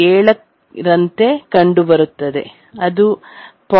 7 ರಂತೆ ಕಂಡುಬರುತ್ತದೆ ಅದು 0